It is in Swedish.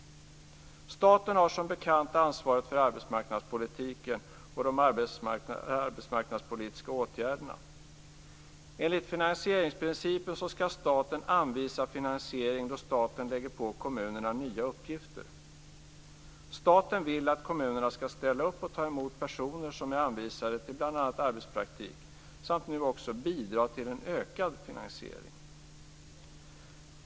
Staten har som bekant ansvaret för arbetsmarknadspolitiken och de arbetsmarknadspolitiska åtgärderna. Enligt finansieringsprincipen skall staten anvisa finansiering då staten lägger på kommunerna nya uppgifter. Staten vill att kommunerna skall ställa upp och ta emot personer som är anvisade bl.a. arbetspraktik samt nu också att de skall bidra med ökad finansiering.